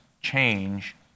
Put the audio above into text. Change